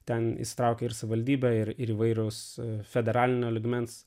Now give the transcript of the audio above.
ten įsitraukė ir savivaldybė ir įvairios federalinio lygmens